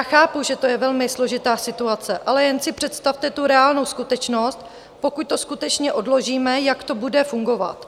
Chápu, že to je velmi složitá situace, ale jen si představte tu reálnou skutečnost, pokud to skutečně odložíme, jak to bude fungovat.